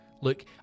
look